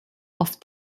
auf